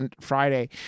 Friday